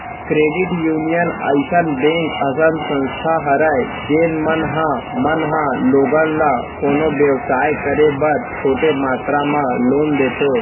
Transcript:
credit union अइसन bank असन संस्था हरय जेन मन ह मन ह लोगन ल कोनो बेवसाय करे बर छोटे मातरा म लोन देथे